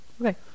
okay